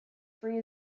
free